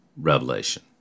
revelation